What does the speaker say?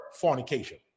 fornication